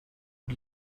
und